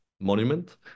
monument